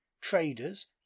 traders